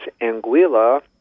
Anguilla